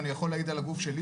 אני יכול להעיד על הגוף שלי,